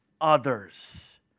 others